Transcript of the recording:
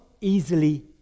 easily